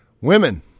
Women